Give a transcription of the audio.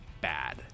Bad